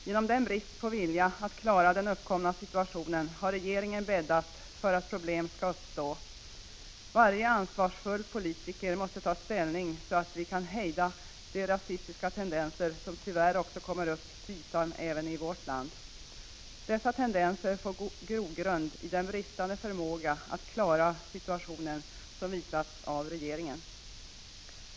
Genom bristen på vilja att klara den uppkomna situationen har regeringen bäddat för att problem skall uppstå. Varje ansvarsfull politiker måste ta ställning, så att vi kan hejda de rasistiska tendenser som tyvärr också kommer upp till ytan även i vårt land. Dessa tendenser får grogrund i den bristande förmåga att klara situationen som regeringen har visat.